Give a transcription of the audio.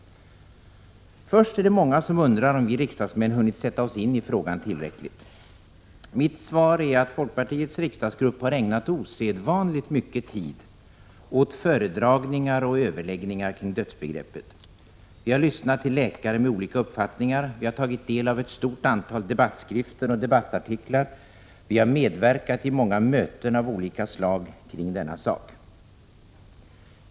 Först är det många som undrar om vi riksdagsmän hunnit sätta oss in i frågan tillräckligt. Mitt svar är att folkpartiets riksdagsgrupp har ägnat osedvanligt mycket tid åt föredragningar och överläggningar kring dödsbegreppet. Vi har lyssnat till läkare med olika uppfattningar, vi har tagit del av ett stort antal debattskrifter och debattartiklar, vi har medverkat i många möten av olika slag kring denna sak.